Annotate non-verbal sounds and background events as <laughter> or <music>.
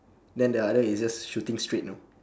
then the other is just shooting straight <noise>